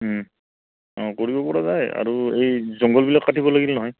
অঁ কৰিব পৰা যায় আৰু এই জংঘলবিলাক কাটিব লাগিল নহয়